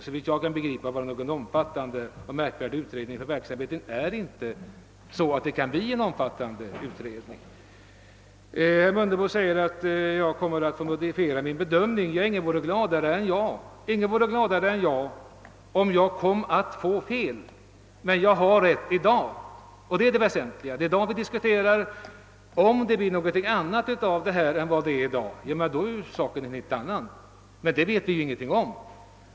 Såvitt jag kan begripa krävs det inte någon märkvärdig undersökning, ty verksamheten är inte av den omfattningen att det kan bli någon omfattande utredning. Herr Mundebo menar att jag kommer att få modifiera min bedömning. Ingen vore gladare än jag, om jag komme att få fel, men jag har rätt i dag, och det är det väsentliga; det är ju om situationen i dag vi diskuterar. Om det blir någonting annat av detta än det är just nu, då är det en annan sak — men det vet vi ingenting om.